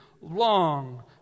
long